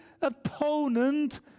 opponent